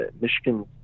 Michigan